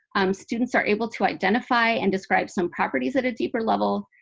um students are able to identify and describe some properties at a deeper level,